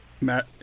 Matt